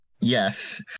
yes